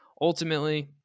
ultimately